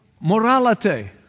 morality